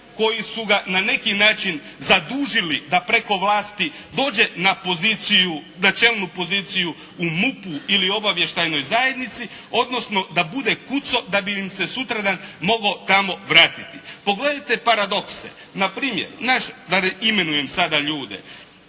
koji su ga na neki način zadužili da preko vlasti dođe na poziciju, na čelnu poziciju u MUP-u ili obavještajnoj zajednici, odnosno da bude kuco, da bi im se sutradan mogao tamo vratiti. Pogledajte paradokse, na primjer, naš, da ne imenujem sada ljude,